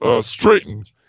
straightened